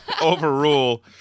overrule